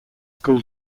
school